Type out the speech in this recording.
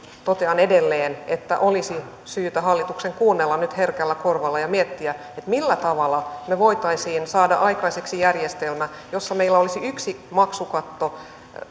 totean edelleen että hallituksen olisi syytä kuunnella nyt herkällä korvalla ja miettiä millä tavalla me voisimme saada aikaiseksi järjestelmän jossa meillä olisi yksi maksukatto